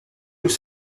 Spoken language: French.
nous